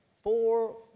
four